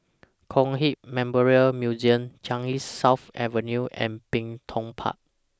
Kong Hiap Memorial Museum Changi South Avenue and Bin Tong Park